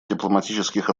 дипломатических